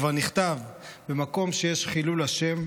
כבר נכתב: "במקום שיש חילול השם,